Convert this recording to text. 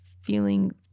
feeling